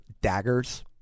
daggers